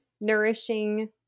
nourishing